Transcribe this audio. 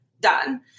Done